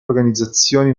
organizzazioni